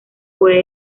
puede